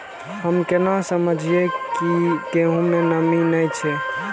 हम केना समझये की गेहूं में नमी ने छे?